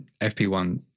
FP1